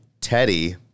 Teddy—